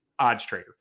oddstrader